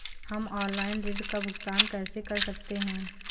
हम ऑनलाइन ऋण का भुगतान कैसे कर सकते हैं?